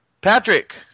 Patrick